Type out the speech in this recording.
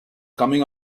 coming